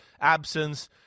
absence